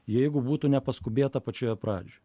jeigu būtų nepaskubėta pačioje pradžioj